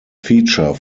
feature